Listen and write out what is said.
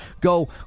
go